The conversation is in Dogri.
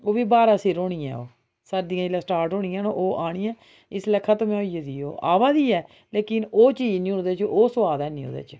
ओह् बी ब्हारा सिर होनी ऐ ओह् सर्दियां जेल्लै स्टार्ट होनियां न ओह् आनी ऐ इसलै खत्म ऐ होई गेदी ओह् आवा दी ऐ लेकिन ओह् चीज नी ओह्दे च ओह् सुआद हैनी ओह्दे च